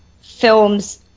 films